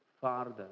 farther